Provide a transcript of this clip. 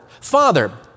Father